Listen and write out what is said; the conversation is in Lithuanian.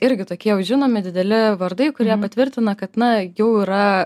irgi tokie jau žinomi dideli vardai kurie patvirtina kad na jau yra